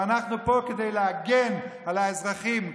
ואנחנו פה כדי להגן על האזרחים,